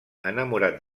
enamorat